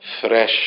fresh